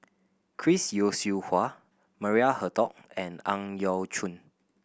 Chris Yeo Siew Hua Maria Hertogh and Ang Yau Choon